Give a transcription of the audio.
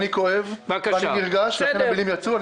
חבר'ה, אני כואב ונרגש ולכן המילים יצאו.